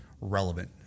relevant